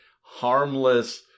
harmless